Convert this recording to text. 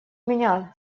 меня